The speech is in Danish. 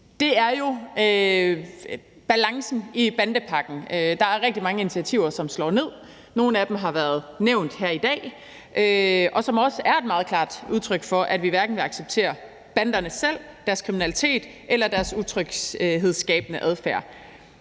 Det er jo balancen i bandepakken. Der er rigtig mange initiativer, som slår ned, nogle af dem har været nævnt her i dag, og som også er et meget klart udtryk for, at vi hverken vil acceptere banderne selv, deres kriminalitet eller deres utryghedsskabende adfærd,